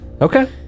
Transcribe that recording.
Okay